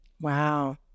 Wow